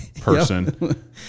person